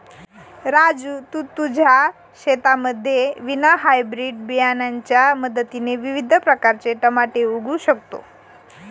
राजू तू तुझ्या शेतामध्ये विना हायब्रीड बियाणांच्या मदतीने विविध प्रकारचे टमाटे उगवू शकतो